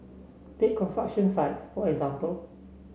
take sites for example